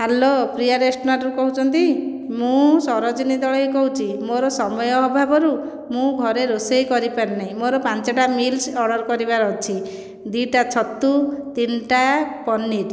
hello Priya ରେସ୍ତୋରାଁରୁ କହୁଛନ୍ତି ମୁଁ ସରୋଜିନୀ ଦଳେଇ କହୁଛି ମୋର ସମୟ ଅଭାବରୁ ମୁଁ ଘରେ ରୋଷେଇ କରିପାରି ନାହିଁ ମୋର ପାଞ୍ଚୋଟି ମୀଲ୍ସ ଅର୍ଡ଼ର କରିବାର ଅଛି ଟା ଛତୁ ତିନିଟା ପନୀର